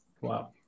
Wow